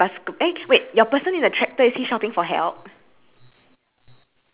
ya closed up so to then after that but next to the fence you don't have the sign I have a sign